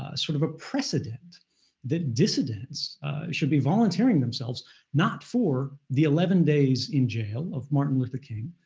ah sort of a precedent that dissidents should be volunteering themselves not for the eleven days in jail of martin luther king,